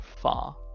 far